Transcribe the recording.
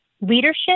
leadership